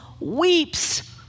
weeps